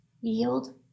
yield